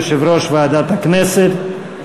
יושב-ראש ועדת הכנסת,